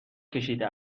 کشیده